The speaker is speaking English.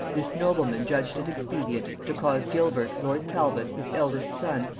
this nobleman judged it expedient to cause gilbert lord talbot, his eldest son,